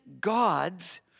God's